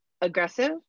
aggressive